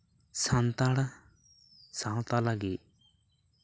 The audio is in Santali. ᱥᱟᱱᱛᱟᱲ ᱥᱟᱶᱛᱟ ᱞᱟᱹᱜᱤᱫ